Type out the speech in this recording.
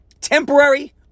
temporary